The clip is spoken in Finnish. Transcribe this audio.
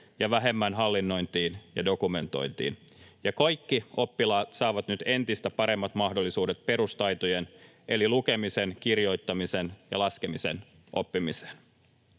ja vähemmän hallinnointiin ja dokumentointiin, ja kaikki oppilaat saavat nyt entistä paremmat mahdollisuudet perustaitojen eli lukemisen, kirjoittamisen ja laskemisen oppimiseen.